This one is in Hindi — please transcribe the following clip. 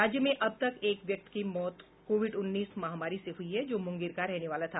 राज्य में अब तक एक व्यक्ति की मौत कोविड उन्नीस महामारी से हुई है जो मुंगेर का रहने वाला था